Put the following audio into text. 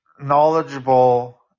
knowledgeable